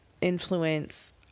influence